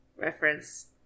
reference